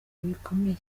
bikomeye